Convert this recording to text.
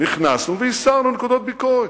נכנסנו והסרנו נקודות ביקורת.